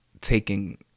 taking